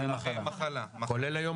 כולל היום